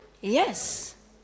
Yes